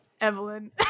Evelyn